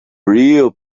real